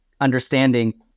understanding